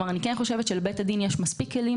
אני חושבת שלבית הדין יש מספיק כלים,